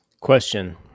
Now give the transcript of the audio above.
Question